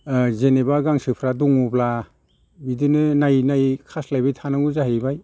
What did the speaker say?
जेनेबा गांसोफ्रा दङब्ला बिदिनो नायै नायै खास्लायबाय थानांगौ जाहैबाय